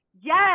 Yes